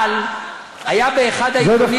אבל היה באחד העיתונים,